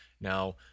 Now